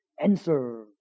answer